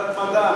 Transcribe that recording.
ועדת מדע.